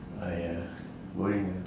!aiya! boring ah